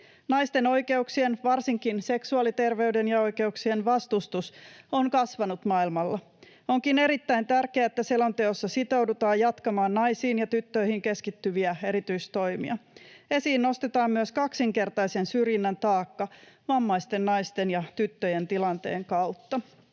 Naisten oikeuksien, varsinkin seksuaaliterveyden ja ‑oikeuksien, vastustus on kasvanut maailmalla. Onkin erittäin tärkeää, että selonteossa sitoudutaan jatkamaan naisiin ja tyttöihin keskittyviä erityistoimia. Esiin nostetaan myös kaksinkertaisen syrjinnän taakka vammaisten naisten ja tyttöjen tilanteen kautta.